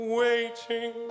waiting